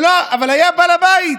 אבל היה בעל בית.